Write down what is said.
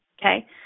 okay